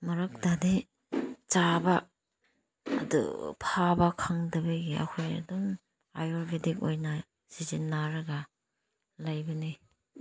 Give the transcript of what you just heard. ꯃꯔꯛꯇꯗꯤ ꯆꯥꯕ ꯑꯗꯨ ꯐꯕ ꯈꯪꯗꯕꯒꯤ ꯑꯩꯈꯣꯏ ꯑꯗꯨꯝ ꯑꯥꯌꯨꯔꯚꯦꯗꯤꯛ ꯑꯣꯏꯅ ꯁꯤꯖꯤꯟꯅꯔꯒ ꯂꯩꯕꯅꯦ